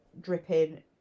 dripping